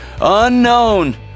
unknown